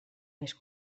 més